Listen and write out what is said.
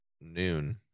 noon